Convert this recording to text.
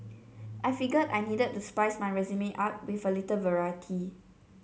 I figured I needed to spice my resume up with a little variety